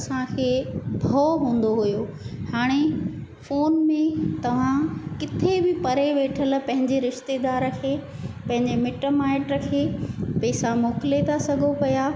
असांखे भव हूंदो हुयो हाणे फोन में तव्हां किथे बि परे वेठलु पंहिंजे रिश्तेदार खे पंहिंजे मिट माइट खे पैसा मोकिले था सघो पिया